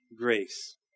grace